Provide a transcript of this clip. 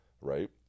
Right